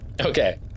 Okay